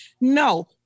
no